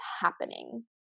happening